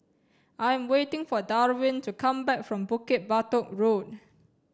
I am waiting for Darwyn to come back from Bukit Batok Road